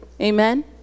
Amen